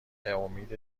امید